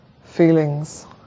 feelings